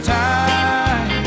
time